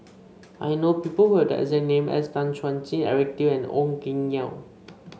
I know people who have the exact name as Tan Chuan Jin Eric Teo and Ong Keng Yong